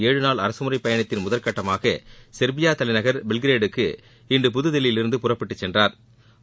ஏழு நாள் அரசுமுறைப் பயணத்தின் முதற்கட்டமாக சொ்பியா தலைநகா் பெல்கிரேடு க்கு இன்று புதுதில்லியிலிருந்து புறப்பட்டுச் சென்றாா்